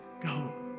go